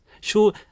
Sure